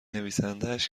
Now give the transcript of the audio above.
نویسندهاش